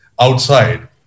outside